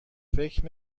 فکر